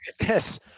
Yes